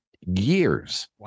years